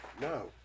No